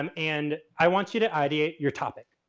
um and i want you to id your topic.